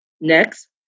Next